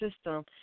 system